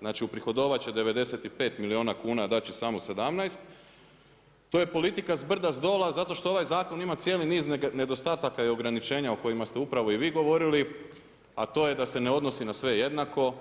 Znači uprihodovati će 95 milijuna kuna, a dat će samo 17, to je politika zbrda-zdola zato što ovaj zakon ima cijeli niz nedostataka i ograničenja o kojima ste upravo i vi govorili, a to je da se ne odnosi na sve jednako,